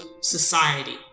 society